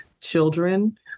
children